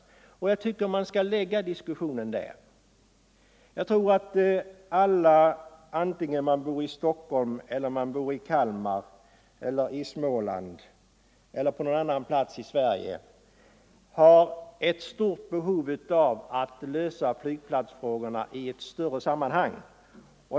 Jag tycker att man skall lägga diskussionen där. Alla har vi, vare sig vi bor i Stockholm, i Kalmar eller på någon annan plats i Sverige, ett stort behov av att lösa flygplatsfrågorna i ett större sammanhang.